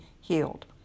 healed